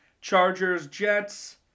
Chargers-Jets